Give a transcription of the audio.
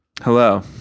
Hello